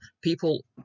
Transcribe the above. people